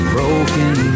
Broken